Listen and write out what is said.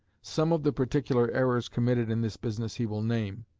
some of the particular errors committed in this business he will name,